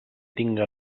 tinga